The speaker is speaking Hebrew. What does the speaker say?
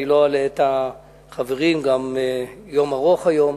אני לא אלאה את החברים, יום ארוך היום.